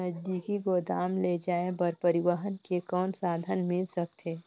नजदीकी गोदाम ले जाय बर परिवहन के कौन साधन मिल सकथे?